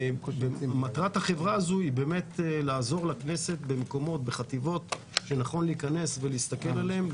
מטרת החברה הזאת היא לעזור לכנסת בחטיבות שנכון להיכנס ולהסתכל עליהן,